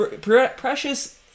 Precious